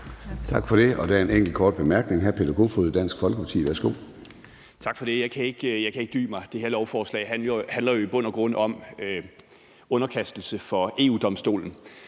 Tak for det. Der er en enkelt kort bemærkning fra hr. Peter Kofod, Dansk Folkeparti. Værsgo. Kl. 09:02 Peter Kofod (DF): Tak for det. Jeg kan ikke dy mig. Det her lovforslag handler jo i bund og grund om en underkastelse af EU-Domstolen,